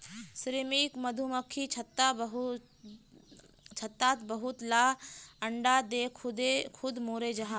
श्रमिक मधुमक्खी छत्तात बहुत ला अंडा दें खुद मोरे जहा